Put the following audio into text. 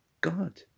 God